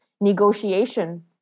negotiation